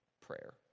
prayer